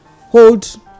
hold